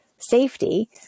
Safety